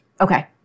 Okay